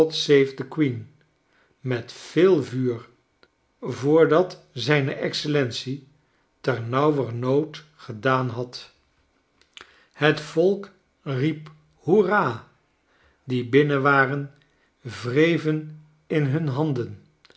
the queen met veel vuur voordat zijne excellence ternauwernood gedaan had het volk riep hoerrah die binnen waren wreven in hun handen